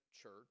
church